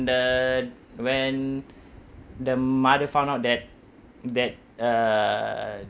the when the mother found out that that uh